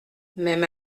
même